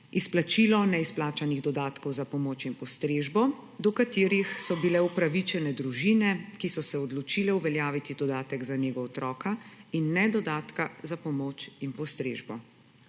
izplačilo neizplačanih dodatkov za pomoč in postrežbo, do katerih so bile upravičene družine, ki so se odločile uveljaviti dodatek za nego otroka in ne dodatka za pomoč in postrežbo.